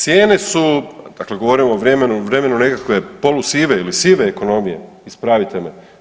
Cijene su, dakle govorim o vremenu, vremenu nekakve polusive ili sive ekonomije ispravite me.